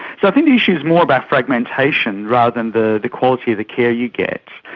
so i think the issue is more about fragmentation rather than the quality of the care you get,